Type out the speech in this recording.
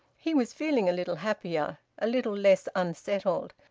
he was feeling a little happier, a little less unsettled,